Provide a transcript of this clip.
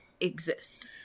exist